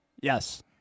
Yes